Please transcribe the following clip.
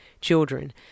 children